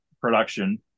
production